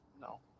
No